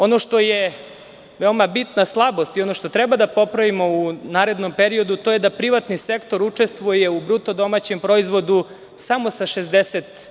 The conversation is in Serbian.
Ono što je veoma bitna slabost i ono što treba da popravimo u narednom periodu, to je da privatni sektor učestvuje u bruto domaćem proizvodu samo sa 60%